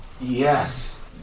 Yes